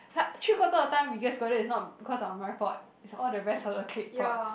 like three quarter of the time we got scolded is not because of my fault it's all the rest of the clique fault